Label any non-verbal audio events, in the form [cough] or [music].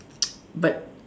[noise] but